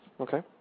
Okay